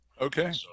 Okay